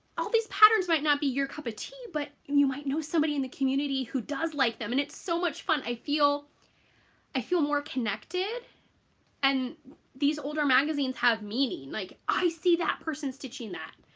all these patterns might not be your cup of tea but you might know somebody in the community who does like them and it's so much fun i feel i feel more connected and these older magazines have meaning like i see that person stitching that.